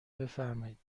بفرمایید